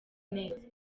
neza